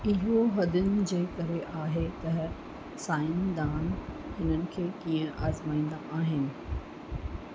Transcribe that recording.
इहो हदनि जे करे आहे तह साईं दान इन्हनि खे कीअं आजमाईंदा आहिनि